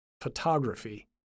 photography